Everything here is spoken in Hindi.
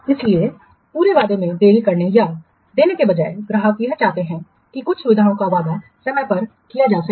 इसलिए पूरे आवेदन में देरी करने या देने के बजाय ग्राहक यह चाहते हैं कि कुछ सुविधाओं का वादा समय पर किया जा सके